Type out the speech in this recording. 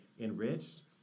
enriched